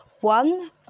One